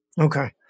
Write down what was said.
Okay